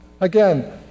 Again